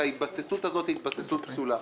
והתבססות הזאת היא התבססות פסולה.